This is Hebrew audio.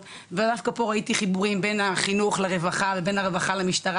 ודווקא פה ראיתי חיבורים בין החינוך לרווחה ובין הרווחה למשטרה